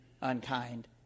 unkind